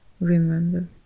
Remember